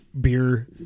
Beer